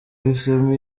uhisemo